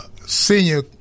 senior